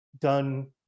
done